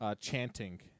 chanting